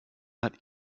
hat